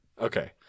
Okay